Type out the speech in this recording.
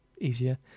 easier